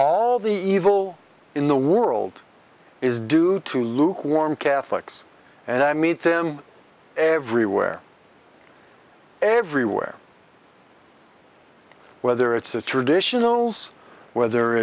all the evil in the world is due to lukewarm catholics and i meet them everywhere everywhere whether it's the traditional zz whether